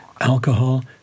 alcohol